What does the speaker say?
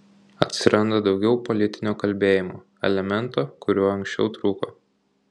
atsiranda daugiau politinio kalbėjimo elemento kuriuo anksčiau trūko